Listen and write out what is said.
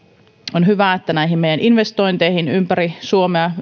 on hyvä että myös näihin meidän yritysinvestointeihimme ympäri suomea